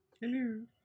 hello